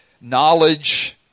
knowledge